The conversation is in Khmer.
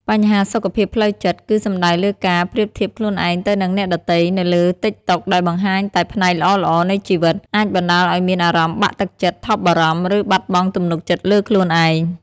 បញ្ហាសុខភាពផ្លូវចិត្ត គឺសំដៅលើការប្រៀបធៀបខ្លួនឯងទៅនឹងអ្នកដ៏ទៃនៅលើតិកតុកដែលបង្ហាញតែផ្នែកល្អៗនៃជីវិត អាចបណ្ដាលឱ្យមានអារម្មណ៍បាក់ទឹកចិត្ត ថប់បារម្ភ ឬបាត់បង់ទំនុកចិត្តលើខ្លួនឯង។